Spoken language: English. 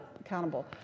accountable